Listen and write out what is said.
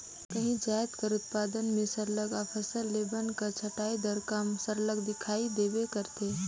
काहींच जाएत कर उत्पादन में सरलग अफसल ले बन कर छंटई दार काम सरलग दिखई देबे करथे